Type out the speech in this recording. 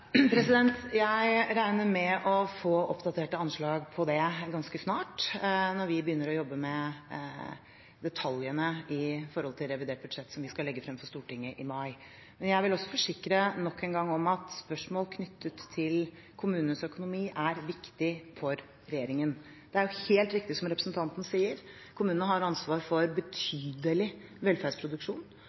Jeg regner med å få oppdaterte anslag på det ganske snart, når vi begynner å jobbe med detaljene i revidert budsjett, som vi skal legge frem for Stortinget i mai. Men jeg vil også forsikre, nok en gang, om at spørsmål knyttet til kommunenes økonomi er viktig for regjeringen. Det er jo helt riktig som representanten sier: Kommunene har ansvar for betydelig velferdsproduksjon.